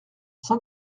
cent